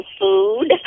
food